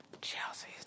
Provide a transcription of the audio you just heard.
Chelsea